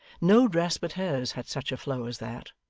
no dress but hers had such a flow as that.